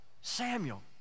Samuel